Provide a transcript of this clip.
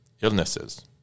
illnesses